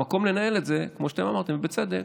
המקום לנהל את זה, כמו שאמרתם, ובצדק,